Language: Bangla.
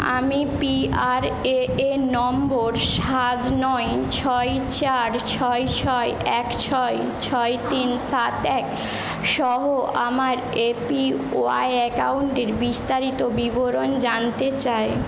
আমি পিআরএএন তিন সাত এক সহ আমার এপিওয়াই অ্যাকাউন্টের বিস্তারিত বিবরণ জানতে চাই